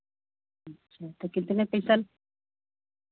अच्छा तो कितने पैसा